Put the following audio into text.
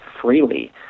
freely